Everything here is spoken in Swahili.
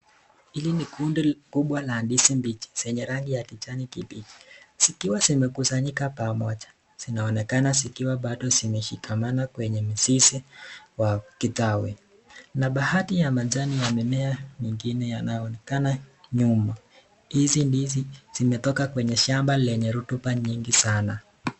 Hili ni kundi kubwa la ndizi mbichi zenye rangi ya kijani kibichi zikiwa zimekusanyika pamoja. Zinaonekana zikiwa bado zimeshikamana kwenye mzizi wa kitawi na baadhi ya majani ya mimea mingine yanaonekana nyuma. Hizi ndizi zimetoka kwenye shamba lenye rutuba nyingi sana.